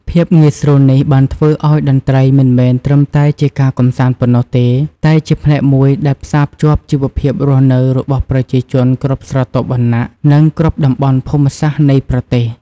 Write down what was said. ភាពងាយស្រួលនេះបានធ្វើឲ្យតន្ត្រីមិនមែនត្រឹមតែជាការកម្សាន្តប៉ុណ្ណោះទេ តែជាផ្នែកមួយដែលផ្សារភ្ជាប់ជីវភាពរស់នៅរបស់ប្រជាជនគ្រប់ស្រទាប់វណ្ណៈ និងគ្រប់តំបន់ភូមិសាស្ត្រនៃប្រទេស។